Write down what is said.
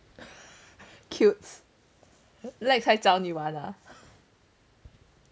cutes lex 还找你玩 ah